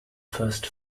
first